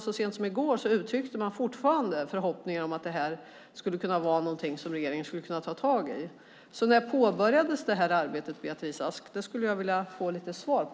Så sent som i går uttryckte man fortfarande förhoppningar om att det här skulle kunna vara någonting som regeringen skulle kunna ta tag i. När påbörjades det här arbetet, Beatrice Ask? Det skulle jag vilja få lite svar på.